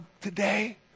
today